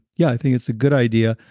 yeah, i think it's a good idea.